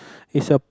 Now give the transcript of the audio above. is a